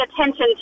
attention